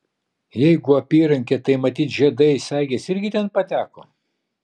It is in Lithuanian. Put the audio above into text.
jeigu apyrankė tai matyt žiedai sagės irgi ten pateko